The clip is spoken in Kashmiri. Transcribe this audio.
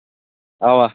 اَوا